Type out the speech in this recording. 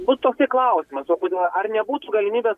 būt tokį klausimą kodėl ar nebūtų galimybės